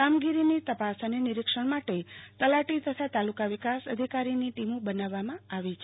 કામગીરીની તપાસ અને નિરીક્ષણ માટે તલાટી તથા તાલુકા વિકાસ અધિકારીની ટીમો બનાવવામાં આવી છે